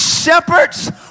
Shepherds